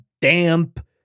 damp